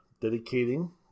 dedicating